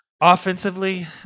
Offensively